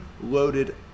loaded